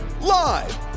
Live